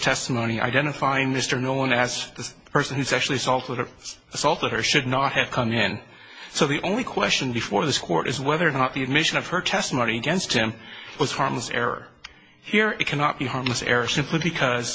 testimony identifying mr nolan as the person who's actually salt would have assaulted her should not have come in so the only question before this court is whether or not the admission of her testimony against him was harmless error here it cannot be harmless error simply because